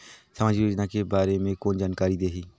समाजिक योजना के बारे मे कोन जानकारी देही?